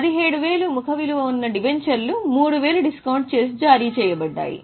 17000 ముఖ విలువ ఉన్న డిబెంచర్లు 3000 డిస్కౌంట్ చేసి జారీ చేయబడ్డాయి